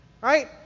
right